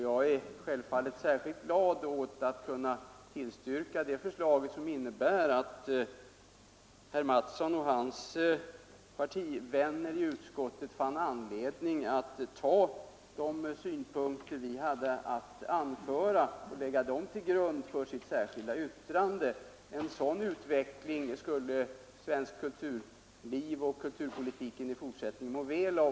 Jag är självfallet glad åt att herr Mattsson i Lane-Herrestad och hans partivänner i utskottet fann anledning att lägga våra synpunkter till grund för sitt särskilda yttrande. En sådan utveckling skulle svenskt kulturliv och svensk kulturpolitik i fortsättningen må väl av.